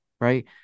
Right